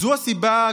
זו הסיבה,